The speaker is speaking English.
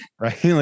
right